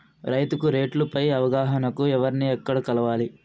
రైతుకు రేట్లు పై అవగాహనకు ఎవర్ని ఎక్కడ కలవాలి?